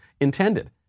intended